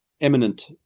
eminent